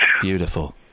Beautiful